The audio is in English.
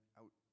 out